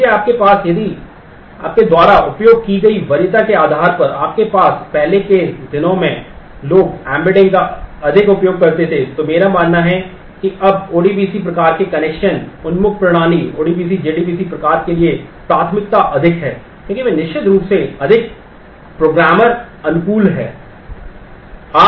यदि आपके पास यदि आपके द्वारा उपयोग की गई वरीयता के आधार पर आपके पास पहले के दिनों में लोग एम्बेडिंग का अधिक उपयोग करते थे तो मेरा मानना है कि अब ओडीबीसी प्रकार के कनेक्शन उन्मुख प्रणाली ODBC JDBC प्रकार के लिए प्राथमिकता अधिक है क्योंकि वे निश्चित रूप से अधिक प्रोग्रामर अनुकूल हैं